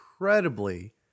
incredibly